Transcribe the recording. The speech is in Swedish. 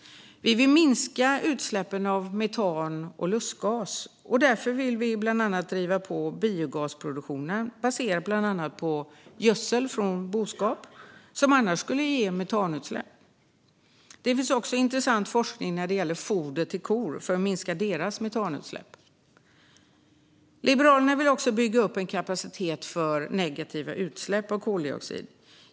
Vi vill minska utsläppen av metan och lustgas. Därför vill vi bland annat driva på biogasproduktionen, baserat på bland annat gödsel från boskap, som annars skulle ge metanutsläpp. Det finns också intressant forskning när det gäller foder till kor för att minska deras metanutsläpp. Liberalerna vill bygga upp en kapacitet för negativa utsläpp av koldioxid.